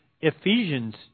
Ephesians